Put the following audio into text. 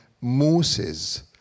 Moses